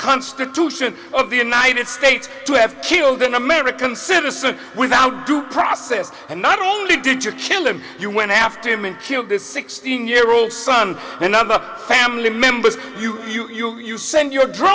constitution of the united states to have killed an american citizen without due process and not only did you kill him you went after him and killed this sixteen year old son and other family members you you you send your dr